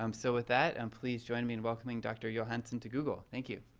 um so with that, and please join me in welcoming doctor johanson to google. thank you.